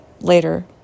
later